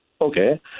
Okay